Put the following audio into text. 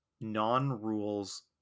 non-rules